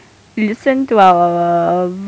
listen to our